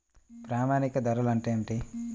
ప్రామాణిక ధరలు అంటే ఏమిటీ?